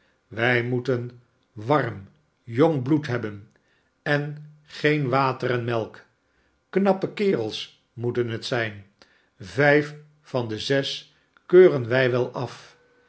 wij moeten warm jong bloed hebben en geen water en melk knappe kerels moeten het zijn vijf van de zes keuren wij wel af